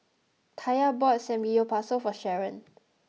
Taya bought Samgeyopsal for Sharon